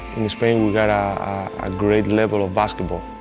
spain we've got a great level of basketball.